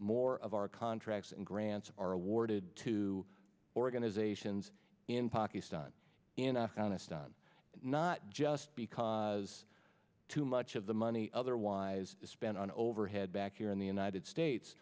more of our contracts and grants are awarded to organizations in he's done in afghanistan not just because too much of the money otherwise is spent on overhead back here in the united states